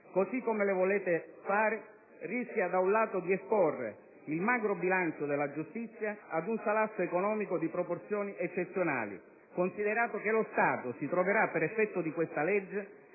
Così come le volete fare, si rischia, da un lato, di esporre il magro bilancio della giustizia ad un salasso economico di proporzioni eccezionali, considerato che lo Stato si troverà, per effetto di questa legge,